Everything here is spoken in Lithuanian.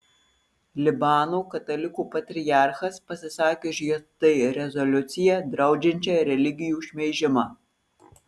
libano katalikų patriarchas pasisakė už jt rezoliuciją draudžiančią religijų šmeižimą